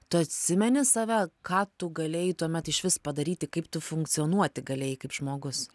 tu atsimeni save ką tu galėjai tuomet išvis padaryti kaip tu funkcionuoti galėjai kaip žmogus